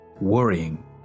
worrying